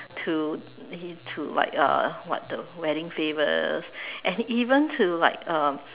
to to like uh what the wedding favors and even to like um